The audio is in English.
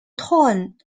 town